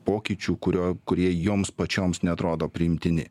pokyčių kurio kurie joms pačioms neatrodo priimtini